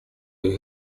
ich